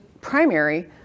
primary